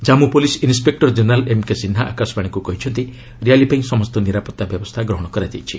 Jammu police inspector general M K Sinha ଆକାଶବାଣୀକୁ କହିଛନ୍ତି rally ପାଇଁ ସମସ୍ତ ନିରାପତ୍ତା ବ୍ୟବସ୍ଥା ଗ୍ରହଣ କରାଯାଇଛି